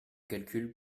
calcul